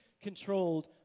controlled